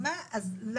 מה פתאום